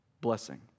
blessing